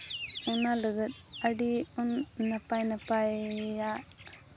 ᱚᱱᱟ ᱞᱟᱹᱜᱤᱫ ᱟᱹᱰᱤ ᱱᱟᱯᱟᱭ ᱱᱟᱯᱟᱭᱟᱜ